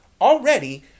already